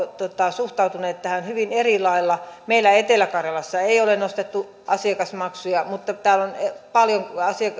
suhtautuneet tähän hyvin eri lailla meillä etelä karjalassa ei ole nostettu asiakasmaksuja mutta täällä on paljon